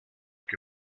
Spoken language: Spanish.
que